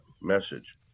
message